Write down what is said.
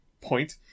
point